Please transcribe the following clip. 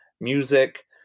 music